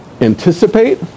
anticipate